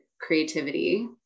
creativity